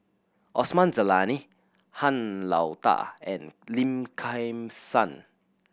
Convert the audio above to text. Osman Zailani Han Lao Da and Lim Kim San